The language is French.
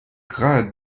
grades